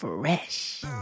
fresh